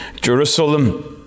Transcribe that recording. Jerusalem